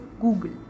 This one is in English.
Google